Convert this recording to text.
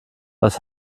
was